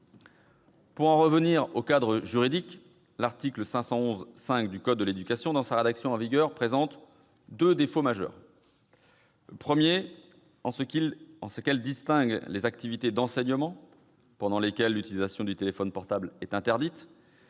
Pour en revenir au cadre juridique, l'article L. 511-5 du code de l'éducation, dans sa rédaction en vigueur, présente deux défauts majeurs. Premièrement, parce qu'elle distingue les activités d'enseignement, pendant lesquelles l'utilisation du téléphone portable est interdite,